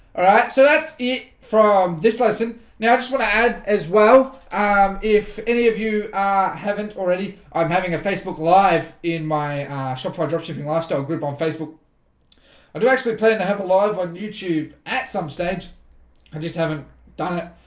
alright, so that's it from this lesson now, i just want to add as well if any of you haven't already i'm having a facebook live in my shop for dropshipping lifestyle group on facebook i do actually plan to have a live on youtube at some stage. i just haven't done it